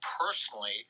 Personally